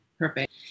Perfect